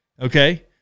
okay